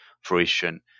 fruition